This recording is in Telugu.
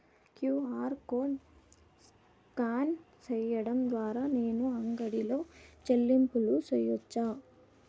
క్యు.ఆర్ కోడ్ స్కాన్ సేయడం ద్వారా నేను అంగడి లో చెల్లింపులు సేయొచ్చా?